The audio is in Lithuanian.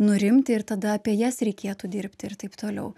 nurimti ir tada apie jas reikėtų dirbti ir taip toliau